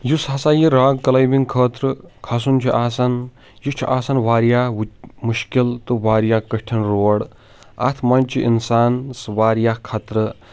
یُس ہسا یہِ رانگ کٕلایمبِنٛگ خٲطرٕ کھسُن چھُ آسان یہِ چھُ آسان واریاہ مُشکِل تہٕ واریاہ کٕٹِھن روڈ اَتھ منٛز چھُ انسانَس واریاہ خَطرٕ